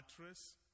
mattress